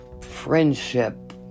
friendship